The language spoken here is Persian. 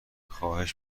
خواهش